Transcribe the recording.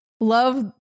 love